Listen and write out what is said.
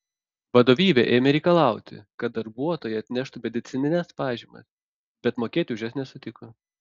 vadovybė ėmė reikalauti kad darbuotojai atneštų medicinines pažymas bet mokėti už jas nesutiko